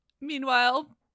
Meanwhile